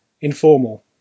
Informal